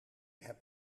heb